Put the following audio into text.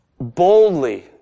boldly